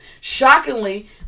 Shockingly